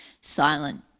silent